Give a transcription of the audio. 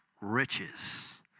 riches